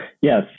yes